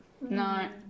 no